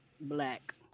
black